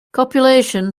copulation